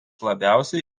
labiausiai